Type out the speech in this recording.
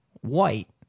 white